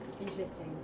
Interesting